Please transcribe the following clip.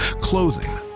clothing,